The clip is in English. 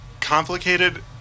complicated